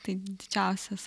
tai didžiąsias